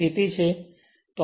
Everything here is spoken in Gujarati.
તો આપણે લખી શકીએ છીએ